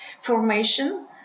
formation